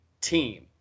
team